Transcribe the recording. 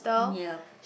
yup